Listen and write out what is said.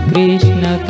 Krishna